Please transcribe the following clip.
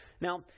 Now